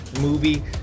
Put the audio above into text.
movie